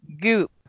goop